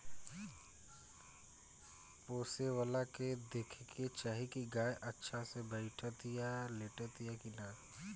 पोसेवला के देखे के चाही की गाय अच्छा से बैठतिया, लेटतिया कि ना